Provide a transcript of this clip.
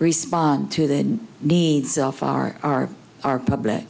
respond to the needs of our our our public